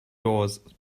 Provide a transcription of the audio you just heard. doors